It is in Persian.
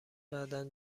بعدا